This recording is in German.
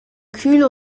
kühl